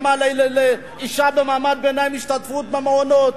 לאשה במעמד הביניים אין השתתפות במעונות.